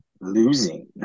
Losing